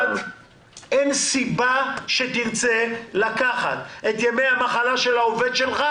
אין סיבה שתרצה לקחת את ימי המחלה של העובד שלך,